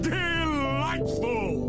delightful